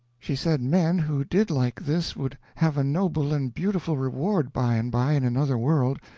she said men who did like this would have a noble and beautiful reward by and by in another world,